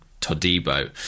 Todibo